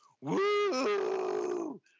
Woo